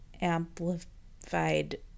amplified